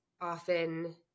often